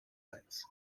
eins